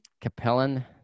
Capellan